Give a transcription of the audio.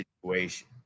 situation